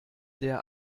der